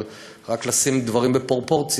אבל רק לשים דברים בפרופורציה: